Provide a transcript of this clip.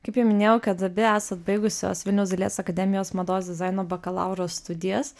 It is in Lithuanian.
kaip jau minėjau kad abi esat baigusios vilniaus dailės akademijos mados dizaino bakalauro studijas